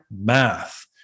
math